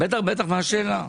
בטח, בטח, מה השאלה?